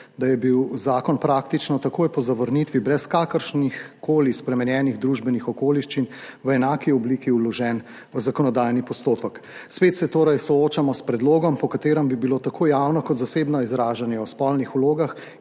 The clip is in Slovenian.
da je bil zakon praktično takoj po zavrnitvi brez kakršnihkoli spremenjenih družbenih okoliščin v enaki obliki vložen v zakonodajni postopek. Spet se torej soočamo s predlogom, po katerem bi bilo tako javno kot zasebno izražanje o spolnih vlogah